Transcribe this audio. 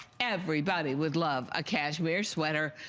everybody would love a cashmere sweater,